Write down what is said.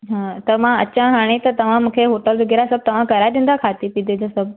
हा त मां अचा हाणे त तव्हां मूंखे होटल वग़ैरह सभु तव्हां कराये ॾींदा खाधे पीते जो सभु